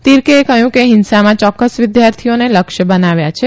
તીરકેએ કહ્યુંકે હિંસામાં ચોક્કસ વિદ્યાર્થીઓને લક્ષ્ય બનાવ્યાં છે